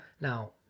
Now